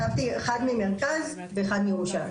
אחד מהמרכז ואחד מירושלים.